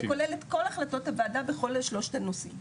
זה כולל את כל החלטות הוועדה בכל שלושת הנושאים,